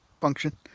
function